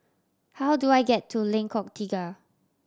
how do I get to Lengkok Tiga